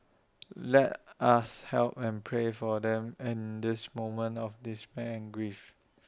let us help and pray for them in this moment of despair and grief